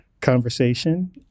conversation